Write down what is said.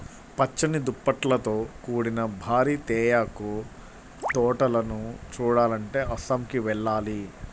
పచ్చని దుప్పట్లతో కూడిన భారీ తేయాకు తోటలను చూడాలంటే అస్సాంకి వెళ్ళాలి